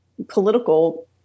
political